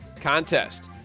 contest